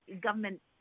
government